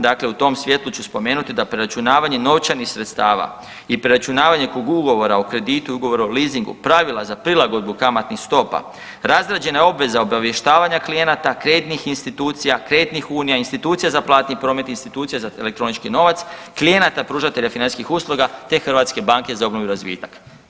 Dakle, u tom svjetlu ću spomenuti da preračunavanje novčanih sredstava i preračunavanje oko ugovora o kreditu i ugovora o leasingu pravila za prilagodbu kamatnih stopa razrađena je obveza obavještavanja klijenata, kreditnih institucija, kreditnih unija, institucija za platni promet, institucija za elektronički novac, klijenata pružatelja financijskih usluga, te Hrvatske banke za obnovu i razvitak.